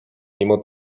mimo